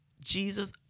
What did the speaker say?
Jesus